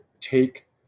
take